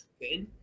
good